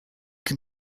can